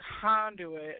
conduit